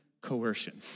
coercion